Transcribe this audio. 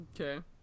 Okay